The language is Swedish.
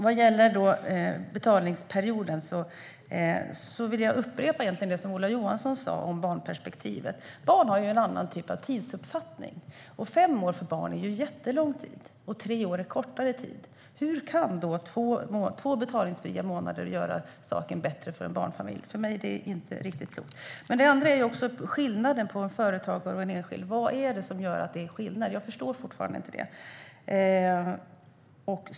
Vad gäller betalningsperioden vill jag upprepa det Ola Johansson sa om barnperspektivet. Barn har en annan typ av tidsuppfattning. Fem år är jättelång tid för barn, och tre år är kortare tid. Hur kan två betalningsfria månader göra saken bättre för en barnfamilj? För mig är det inte riktigt klokt. En annan sak är skillnaden mellan en företagare och en enskild. Vad är det som gör att det är skillnad? Jag förstår fortfarande inte det.